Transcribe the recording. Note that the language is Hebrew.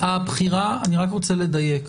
אני רק רוצה לדייק.